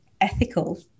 ethical